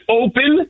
open